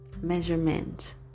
measurement